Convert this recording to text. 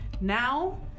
Now